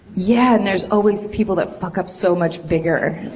yeah, and there's always people that fuck up so much bigger.